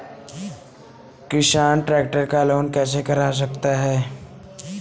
किसान ट्रैक्टर का लोन कैसे करा सकता है?